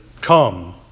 Come